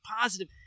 positive